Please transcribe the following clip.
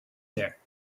there